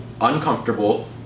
uncomfortable